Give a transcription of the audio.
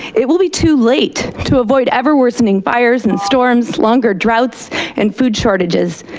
it will be too late to avoid ever worsening fires and storms, longer droughts and food shortages.